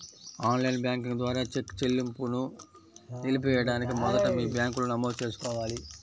on line banking ద్వారా cheque చెల్లింపును నిలిపివేయడానికి మొదట మీ బ్యాంకులో నమోదు చేసుకోవాలి